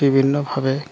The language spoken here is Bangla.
বিভিন্নভাবে